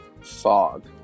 Fog